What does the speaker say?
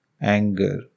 anger